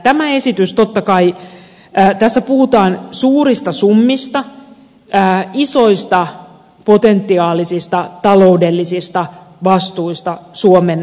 tässä esityksessä totta kai puhutaan suurista summista isoista potentiaalisista taloudellisista vastuista suomen osalta